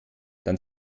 dann